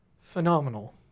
phenomenal